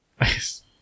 Nice